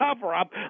cover-up